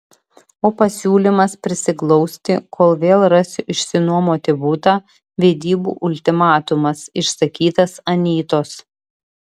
o pasiūlymas prisiglausti kol vėl rasiu išsinuomoti butą vedybų ultimatumas išsakytas anytos